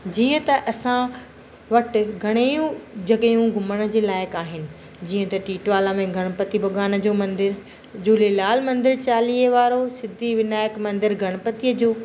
जीअं त असां वटि घणियूं जॻहियूं घुमण जे लाइकु अहिनि जीअं त टिटवाला में गणपति भॻवान जो मंदरु झूलेलाल मंदरु चालीहें वारो सिद्धी विनायक मंदरु गणपतीअ जो